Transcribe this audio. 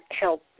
help